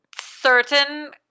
certain